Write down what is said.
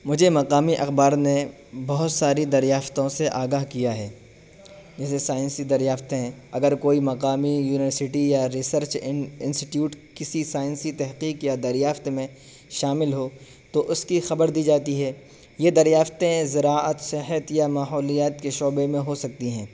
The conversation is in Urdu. مجھے مقامی اخبار نے بہت ساری دریافتوں سے آگاہ کیا ہے جیسے سائنسی دریافتیں اگر کوئی مقامی یونیورسٹی یا ریسرچ انسٹیوٹ کسی سائنسی تحقیق یا دریافت میں شامل ہو تو اس کی خبر دی جاتی ہے یہ دریافتیں ذراعت صحت یا ماحولیات کے شعبے میں ہو سکتی ہیں